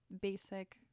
basic